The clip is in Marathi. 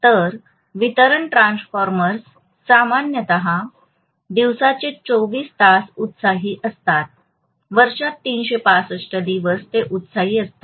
तर वितरण ट्रान्सफॉर्मर्स सामान्यत दिवसाचे 24 तास उत्साही असतात वर्षात 365 दिवस ते उत्साही असतात